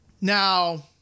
Now